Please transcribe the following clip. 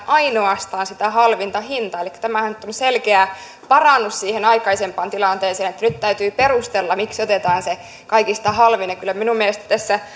kriteerinä ainoastaan sitä halvinta hintaa elikkä tämähän nyt on selkeä parannus siihen aikaisempaan tilanteeseen että nyt täytyy perustella miksi otetaan se kaikista halvin ja kyllä minun mielestäni tässä